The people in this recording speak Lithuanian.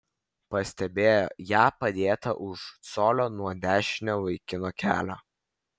pastebėjo ją padėtą už colio nuo dešinio vaikino kelio